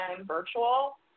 virtual